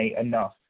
enough